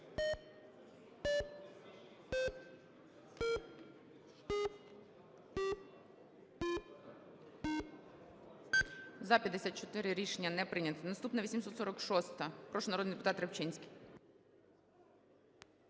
За-54 Рішення не прийнято. Наступна – 846-а. Прошу, народний депутат Рибчинський.